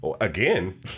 again